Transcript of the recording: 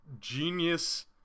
genius